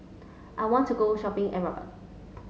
I want to go shopping at Rabat